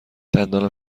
دندانم